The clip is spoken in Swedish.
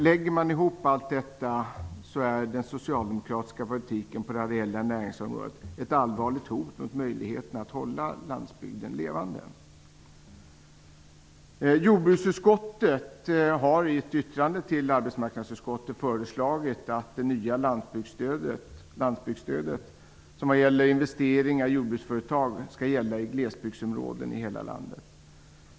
Lägger man ihop allt detta är den socialdemokratiska politiken på de areella näringarnas område ett allvarligt hot mot möjligheterna att hålla landsbygden levande. Jordbruksutskottet har i ett yttrande till arbetsmarknadsutskottet föreslagit att det nya lantbruksstödet för investeringar i jordbruksföretag skall gälla i glesbygdsområden i hela landet.